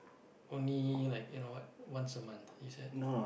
only like you know what once a month you said